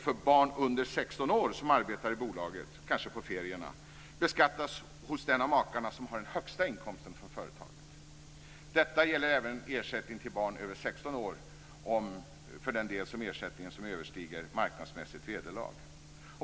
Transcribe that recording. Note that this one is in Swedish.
För barn under 16 år som arbetar i bolaget, kanske på ferierna, beskattas den av makarna som har den högsta inkomsten från företaget. Detta gäller även ersättning till barn över 16 år för den del av ersättningen som överstiger marknadsmässigt vederlag.